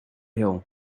hill